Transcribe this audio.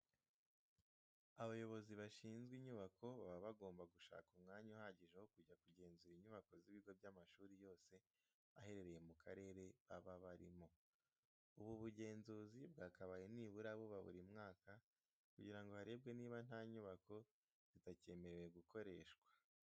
Abayobozi bashinzwe inyubako baba bagomba gushaka umwanya uhagije wo kujya kugenzura inyubako z'ibigo by'amashuri yose aherereye mu karere baba barimo. Ubu bugenzuzi bwakabaye nibura buba buri mwaka kugira ngo harebwe niba nta nyubako zitacyemerewe gukoreshwa.